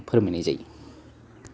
फोरमायनाय जायो